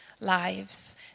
lives